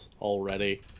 already